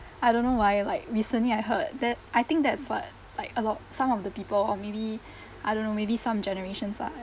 I don't know why like recently I heard that I think that's what like a lot of some of the people or maybe I don't know maybe some generations lah